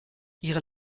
ihre